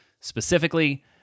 specifically